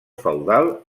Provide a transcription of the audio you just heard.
feudal